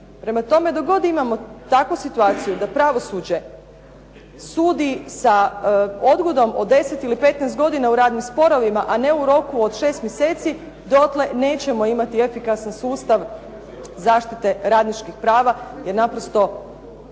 Prema tome, dok god imamo takvu situaciju da pravosuđe sudi sa odgodom od 10 ili 15 godina u radnim sporovima a ne u roku od 6 mjeseci dotle nećemo imati efikasan sustav zaštite radničkih prava jer naprosto